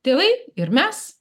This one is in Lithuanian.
tėvai ir mes